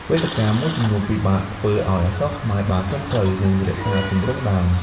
វេទិកាមួយចំនួនពិបាកធ្វើឱ្យអក្សរខ្មែរបានត្រឹមត្រូវ និងរក្សាទម្រង់ដើម។